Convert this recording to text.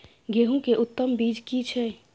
गेहूं के उत्तम बीज की छै?